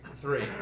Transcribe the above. Three